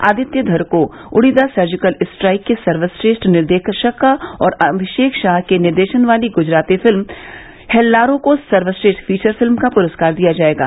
आदित्य धर को Uri the surgical strike के सर्वश्रेष्ठ निर्देशक का और अभिषेक शाह के निर्देशन वाली गुजराती फिल्म हेल्लारो को सर्वश्रेष्ठ फीचर फिल्म का पुरस्कार दिया जाएगा है